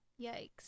Yikes